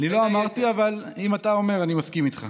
אני לא אמרתי, אבל אם אתה אומר אני מסכים איתך.